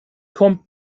kommt